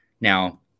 Now